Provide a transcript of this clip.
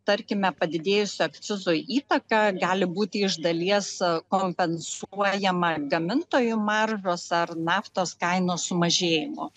tarkime padidėjusių akcizų įtaka gali būti iš dalies kompensuojama gamintojų maržos ar naftos kainos sumažėjimu